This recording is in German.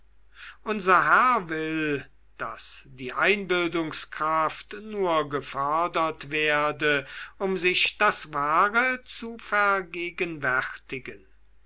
unser herr will daß die einbildungskraft nur gefördert werde um sich das wahre zu vergegenwärtigen